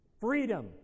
Freedom